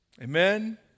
Amen